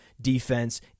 defense